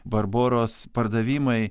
barboros pardavimai